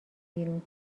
بیرون